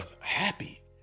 happy